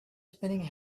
spinning